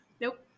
Nope